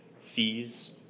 Fees